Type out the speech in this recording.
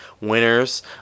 winners